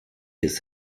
ist